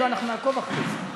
אם לא, אנחנו נעקוב אחרי זה.